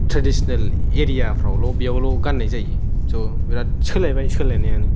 traditional एरियाफ्राव ल' बावल' गाननाय जायो स' बिराद सोलायबाय सोलायनायानो